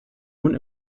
nun